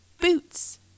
boots